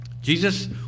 Jesus